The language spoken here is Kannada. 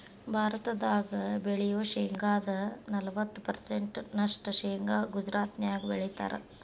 ಭಾರತದಾಗ ಬೆಳಿಯೋ ಶೇಂಗಾದ ನಲವತ್ತ ಪರ್ಸೆಂಟ್ ನಷ್ಟ ಶೇಂಗಾ ಗುಜರಾತ್ನ್ಯಾಗ ಬೆಳೇತಾರ